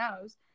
knows